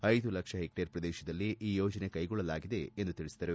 ಐದು ಲಕ್ಷ ಹೆಕ್ಟೇರ್ ಪ್ರದೇಶದಲ್ಲಿ ಈ ಯೋಜನೆ ಕೈಗೊಳ್ಳಲಾಗಿದೆ ಎಂದು ತಿಳಿಸಿದರು